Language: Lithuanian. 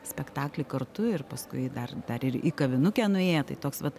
spektaklį kartu ir paskui dar ir į kavinukę nuėję tai toks vat